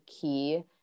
key